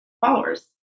followers